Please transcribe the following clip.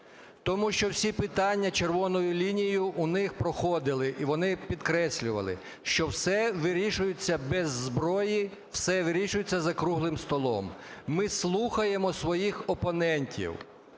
Тому що всі питання червоною лінією у них проходили і вони підкреслювали, що все вирішується без зброї, все вирішується за круглим столом, ми слухаємо своїх опонентів.